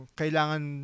kailangan